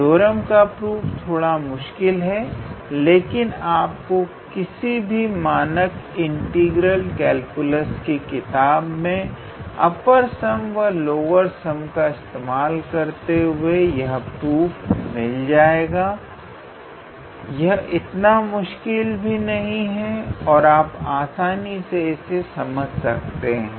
theorem का proof थोड़ा मुश्किल है लेकिन आपको किसी भी मानक इंटीग्रल कैलकुलस की किताब में अपर सम व लोअर सम का इस्तेमाल करते हुए यह प्रूफ मिल जाएगा यह इतना मुश्किल भी नहीं और आप आसानी से इसे समझ सकते हैं